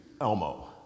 Elmo